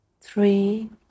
three